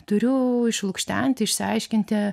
turiu išlukštenti išsiaiškinti